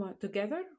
together